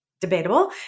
debatable